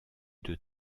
deux